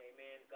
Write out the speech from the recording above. Amen